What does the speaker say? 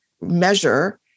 measure